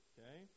Okay